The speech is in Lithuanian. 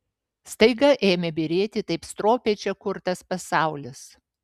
staiga ėmė byrėti taip stropiai čia kurtas pasaulis